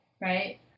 Right